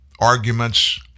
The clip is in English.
arguments